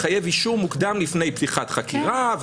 מחייב אישור מוקדם לפני פתיחת חקירה.